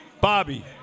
Bobby